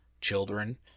children